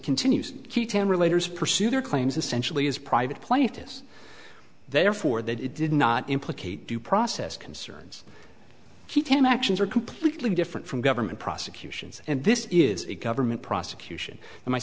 continues ketone relator is pursued her claims essentially is private plan if this therefore that it did not implicate due process concerns keep him actions are completely different from government prosecutions and this is a government prosecution and my